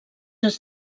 els